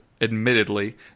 admittedly